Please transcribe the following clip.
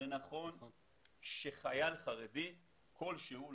זה נכון שחייל חרדי כלשהו,